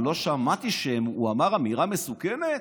אבל לא שמעתי שהוא אמר "אמירה מסוכנת",